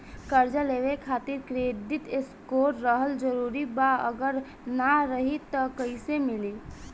कर्जा लेवे खातिर क्रेडिट स्कोर रहल जरूरी बा अगर ना रही त कैसे मिली?